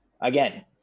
Again